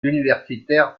universitaire